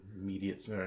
immediate